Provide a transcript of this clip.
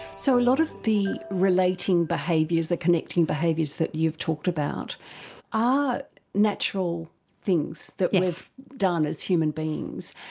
so lot of the relating behaviours, the connecting behaviours that you've talked about are natural things that we've done as human beings.